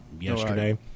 yesterday